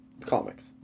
comics